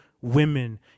women